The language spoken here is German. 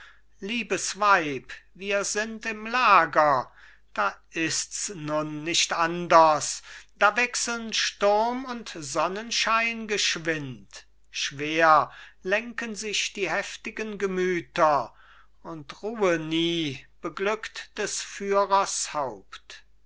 liebes weib wir sind im lager da ists nun nicht anders da wechseln sturm und sonnenschein geschwind schwer lenken sich die heftigen gemüter und ruhe nie beglückt des führers haupt